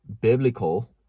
biblical